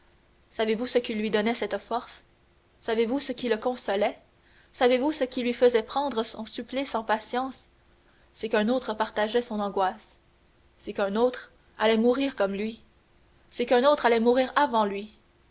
savez-vous ce qui lui donnait quelque force savez-vous ce qui le consolait savez-vous ce qui lui faisait prendre son supplice en patience c'est qu'un autre partageait son angoisse c'est qu'un autre allait mourir comme lui c'est qu'un autre allait mourir avant lui